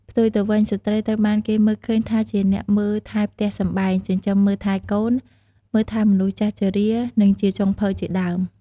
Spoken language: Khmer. ផ្ទុយទៅវិញ ស្ត្រី ត្រូវបានគេមើលឃើញថាជាអ្នកមើលថែផ្ទះសម្បែង ចិញ្ចឹមមើលថែកូន មើលថែមនុស្សចាស់ជរា និងជាចុងភៅជាដើម។